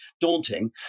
daunting